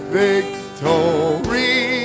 victory